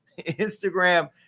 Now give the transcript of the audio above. Instagram